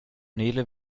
nele